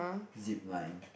zip line